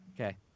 Okay